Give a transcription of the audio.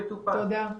תודה,